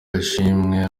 ashimwe